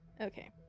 Okay